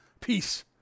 Peace